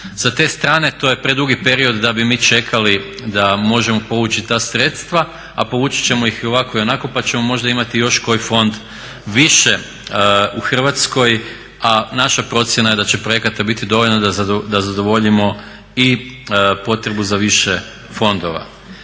Sa te strane to je dugi period da bi mi čekali da možemo povući ta sredstva, a povući ćemo ih i ovako i onako pa ćemo možda imati još koji fond više u Hrvatskoj, a naša procjena je da će projekta biti dovoljno da zadovoljimo i potrebu za više fondova.